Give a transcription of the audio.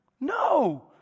no